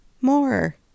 more